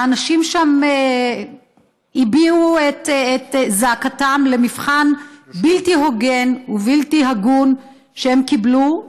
אנשים שם הביעו את זעקתם על מבחן בלתי הוגן ובלתי הגון שהם קיבלו,